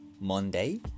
Monday